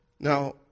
Now